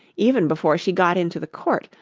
even before she got into the court,